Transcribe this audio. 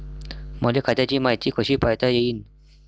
मले खात्याची मायती कशी पायता येईन?